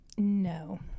No